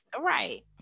Right